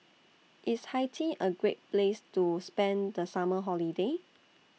IS Haiti A Great Place to spend The Summer Holiday